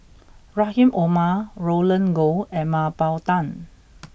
Rahim Omar Roland Goh and Mah Bow Tan